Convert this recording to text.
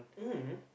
mmhmm